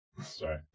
Sorry